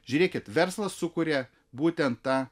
žiūrėkit verslas sukuria būtent tą